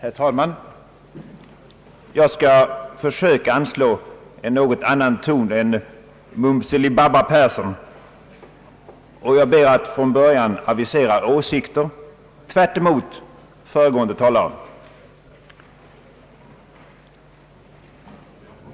Herr talman! Jag skall försöka anslå en något annan ton än ”Mums filibaba”-Persson, och jag ber att redan från början få avisera åsikter tvärtemot de föregående talarnas.